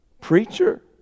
preacher